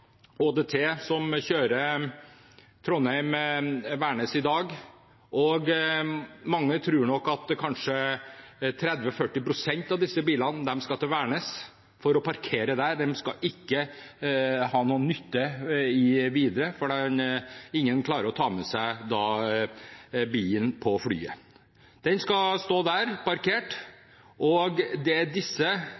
og særlig mellom Trondheim og Værnes. Der bør det etableres et flytog. Det er ca. 20 000 biler, ÅDT, som kjører Trondheim–Værnes i dag, og man tror at kanskje 30–40 pst. av disse bilene skal til Værnes for å parkere der. De skal ikke videre, for ingen klarer å ta med seg bilen på flyet. Den skal stå der parkert,